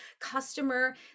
customer